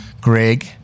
Greg